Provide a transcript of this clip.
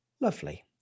Lovely